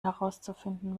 herauszufinden